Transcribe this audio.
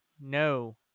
no